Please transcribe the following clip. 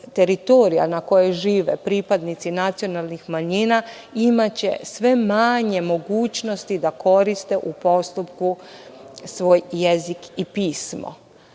teritorija na kojoj žive pripadnici nacionalnih manjina imaće sve manje mogućnosti da koriste u postupku svoj jezik i pismo.